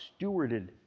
stewarded